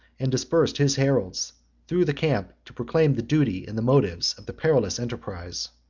and dispersed his heralds through the camp to proclaim the duty, and the motives, of the perilous enterprise.